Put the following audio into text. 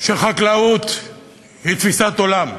שחקלאות היא תפיסת עולם,